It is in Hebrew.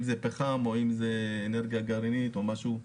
אם זה פחם או אם זה אנרגיה גרעינית או משהו,